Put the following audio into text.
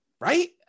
right